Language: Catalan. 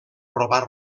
robar